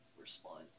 respond